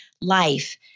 life